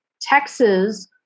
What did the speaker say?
Texas